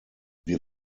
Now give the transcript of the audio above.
wir